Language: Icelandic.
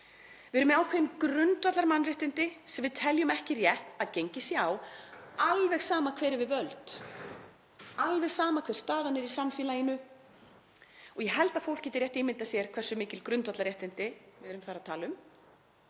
Við erum með ákveðin grundvallarmannréttindi sem við teljum ekki rétt að gengið sé á, alveg sama hver er við völd, alveg sama hver staðan er í samfélaginu, og ég held að fólk geti rétt ímyndað sér hversu mikil grundvallarréttindi við erum þar að tala um.